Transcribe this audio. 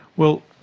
well,